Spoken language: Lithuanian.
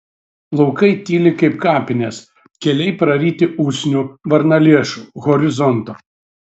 laukai tyli kaip kapinės keliai praryti usnių varnalėšų horizonto